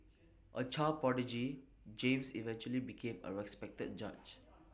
A child prodigy James eventually became A respected judge